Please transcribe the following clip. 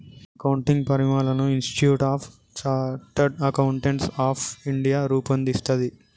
accounting ప్రమాణాలను institute of chartered accountants of India రూపొందిస్తది